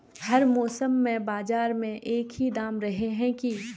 हर मौसम में बाजार में एक ही दाम रहे है की?